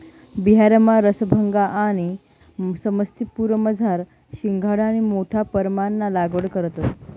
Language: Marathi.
बिहारमा रसभंगा आणि समस्तीपुरमझार शिंघाडानी मोठा परमाणमा लागवड करतंस